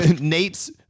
Nate's